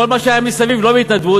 כל מה שהיה מסביב לא בהתנדבות,